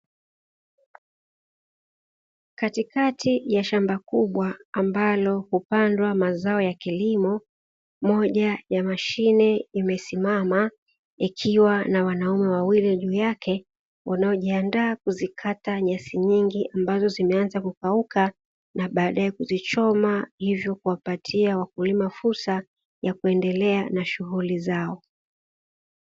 Katikati ya shamba kubwa ambalo hupandwa mazao ya kilimo, moja ya mashine imesimama ikiwa na wanaume wawili juu yake, wanaojiandaa kuzikata nyasi nyingi, ambazo zimeanza kukauka na baadae kuzichoma, hivyo kuwapatia wakulima fursa ya kuendelea na shughuli zao.